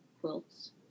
quilts